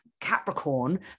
Capricorn